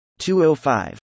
205